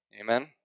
Amen